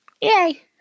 Yay